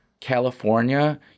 California